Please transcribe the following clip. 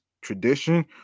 tradition